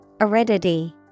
Aridity